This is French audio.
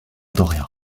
doria